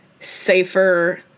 safer